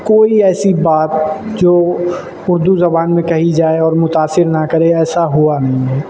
کوئی ایسی بات جو اردو زبان میں کہی جائے اور متاثر نہ کرے ایسا ہوا نہیں ہے